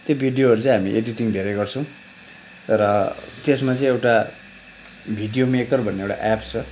त्यो भिडियोहरू चाहिँ हामी एडिटिङ धेरै गर्छौँ र त्यसमा चाहिँ एउटा भिडियो मेकर भन्ने एउटा एप्प छ